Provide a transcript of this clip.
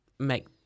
make